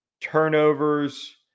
Turnovers